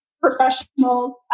professionals